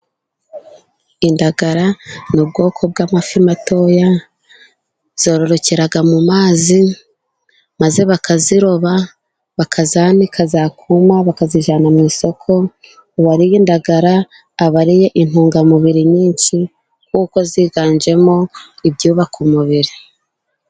Indagara ni ubwoko bw'amafi matoya zororokera mu mazi, maze bakaziroba bakazanika zakuma bakazijyana mu isoko. Uwariye indagara aba ariye intungamubiri nyinshi, kuko ziganjemo ibyubaka umubiri.